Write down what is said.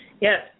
Yes